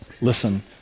Listen